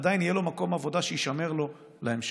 עדיין יהיה לו מקום עבודה שיישמר לו להמשך.